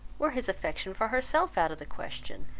were his affection for herself out of the question,